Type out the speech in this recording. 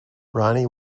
ronnie